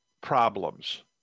problems